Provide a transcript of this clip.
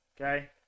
okay